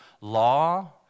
law